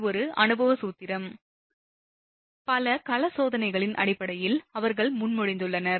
இது ஒரு அனுபவ சூத்திரம் பல கள சோதனைகளின் அடிப்படையில் அவர்கள் முன்மொழிந்துள்ளனர்